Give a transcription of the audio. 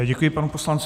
Děkuji panu poslanci.